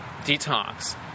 detox